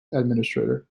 administrator